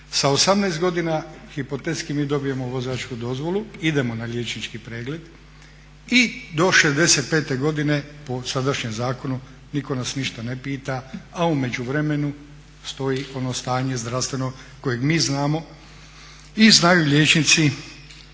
Sa 18 godina hipotetski mi dobijemo vozačku dozvolu, idemo na liječnički pregled i do 65 godina po sadašnjem zakonu nitko nas ništa ne pita, a u međuvremenu stoji ono stanje zdravstveno kojeg mi znamo i znaju liječnici